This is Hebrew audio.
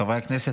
חברי הכנסת,